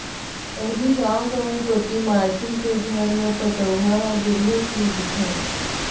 पहिली गॉव गँवई कोती माटी के घर म पटउहॉं ह दुरिहेच ले दिखय